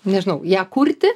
nežinau ją kurti